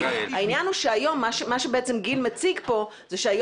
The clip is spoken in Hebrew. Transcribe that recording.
העניין הוא שהיום - מה שבעצם גיל מציג כאן